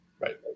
Right